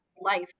life